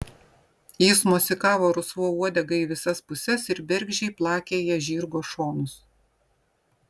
jis mosikavo rusva uodega į visas puses ir bergždžiai plakė ja žirgo šonus